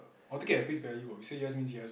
or take it at face value ah say yes means yes ah